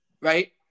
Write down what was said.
right